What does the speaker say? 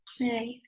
right